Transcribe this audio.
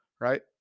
right